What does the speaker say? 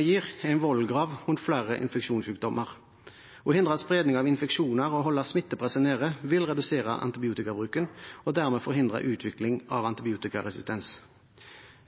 gir, er en vollgrav rundt flere infeksjonssykdommer. Å hindre spredning av infeksjoner og holde smittepresset nede vil redusere antibiotikabruken og dermed forhindre utvikling av antibiotikaresistens.